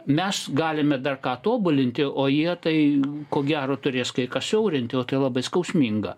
mes galime dar ką tobulinti o jie tai ko gero turės kai ką siaurinti o tai labai skausminga